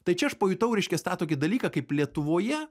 tai čia aš pajutau reiškias tą tokį dalyką kaip lietuvoje